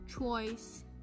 choice